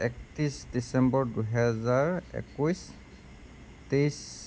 একত্ৰিছ ডিচেম্বৰ দুহেজাৰ একৈছ তেইছ